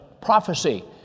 prophecy